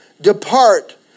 depart